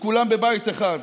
כולם בבית אחד.